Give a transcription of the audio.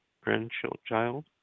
grandchild